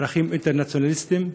ערכים אינטרנציונליסטיים,